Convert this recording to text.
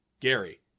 Gary